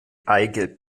eigelb